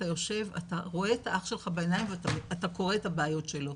אתה רואה את האח שלך בעיניים ואתה קורא את הבעיות שלו.